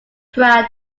prior